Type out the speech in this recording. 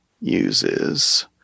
uses